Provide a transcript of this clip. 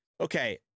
Okay